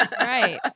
Right